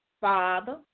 Father